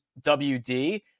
WD